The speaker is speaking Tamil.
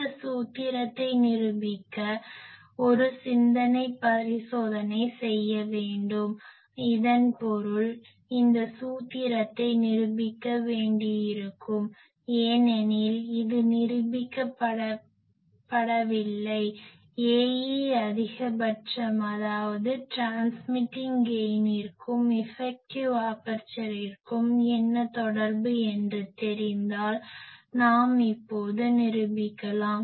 இந்த சூத்திரத்தை நிரூபிக்க ஒரு சிந்தனை பரிசோதனை செய்ய வேண்டும் இதன் பொருள் இந்த சூத்திரத்தை நிரூபிக்க வேண்டியிருக்கும் ஏனெனில் இது நிரூபிக்கப்படவில்லை Ae அதிகபட்சம் அதாவது ட்ரான்ஸ்மிட்டிங் கெய்னிற்கும் இஃபெக்டிவ் ஆபர்சருக்கும் என்ன தொடர்பு என்பது தெரிந்தால் நாம் இப்போது நிரூபிக்கலாம்